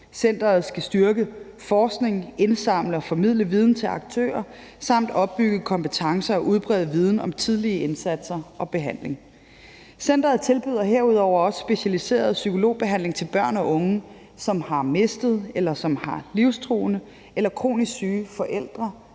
Centeret skal styrke forskning, indsamle og formidle viden til aktører og opbygge kompetencer og udbrede viden om tidlige indsatser og behandling. Centeret tilbyder herudover også specialiseret psykologbehandling til børn og unge, som har mistet eller har livstruende syge eller kronisk syge forældre